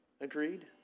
Agreed